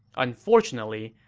unfortunately,